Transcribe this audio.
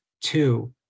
two